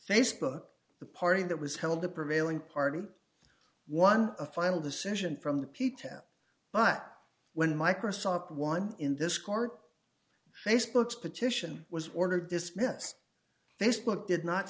facebook the party that was held the prevailing party won a final decision from the p tap but when microsoft won in this court facebook's petition was ordered dismissed this book did not